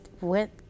went